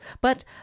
but